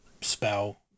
spell